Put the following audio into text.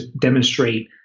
demonstrate